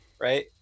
right